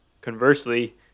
conversely